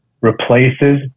replaces